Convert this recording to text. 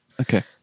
Okay